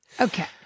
Okay